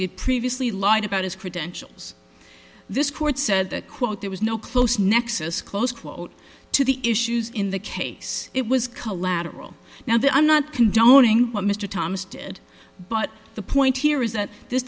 had previously lied about his credentials this court said quote there was no close nexus close quote to the issues in the case it was collateral now that i'm not condoning what mr thomas did but the point here is that th